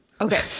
Okay